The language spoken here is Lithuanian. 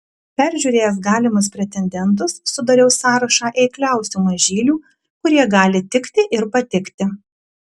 peržiūrėjęs galimus pretendentus sudariau sąrašą eikliausių mažylių kurie gali tikti ir patikti